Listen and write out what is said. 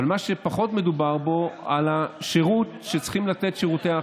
אבל פחות מדובר בשירות שצריכים לתת שירותי האכיפה.